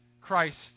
Christ